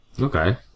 Okay